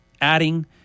Adding